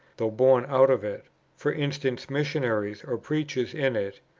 though born out of it for instance, missionaries or preachers in it,